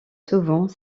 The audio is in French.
souvent